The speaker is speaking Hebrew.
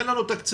אין לנו תקציבים.